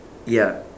ya